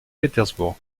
pétersbourg